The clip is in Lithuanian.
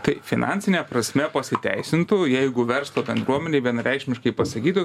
tai finansine prasme pasiteisintų jeigu verslo bendruomenei vienareikšmiškai pasakytų